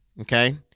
okay